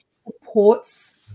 supports